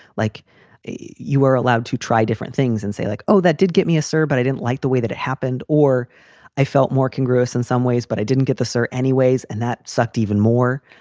like you are allowed to try different things and say like, oh, that did get me a sir, but i didn't like the way that it happened or i felt more engrossed in some ways, but i didn't get the sir anyways. and that sucked even more,